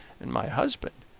and my husband,